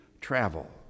travel